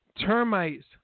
Termites